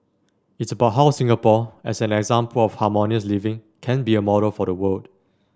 it's about how Singapore as an example of harmonious living can be a model for the world